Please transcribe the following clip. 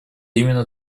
именно